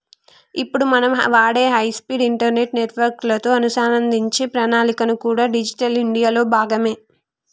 ఇప్పుడు మనం వాడే హై స్పీడ్ ఇంటర్నెట్ నెట్వర్క్ లతో అనుసంధానించే ప్రణాళికలు కూడా డిజిటల్ ఇండియా లో భాగమే